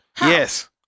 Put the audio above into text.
Yes